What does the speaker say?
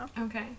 Okay